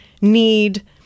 need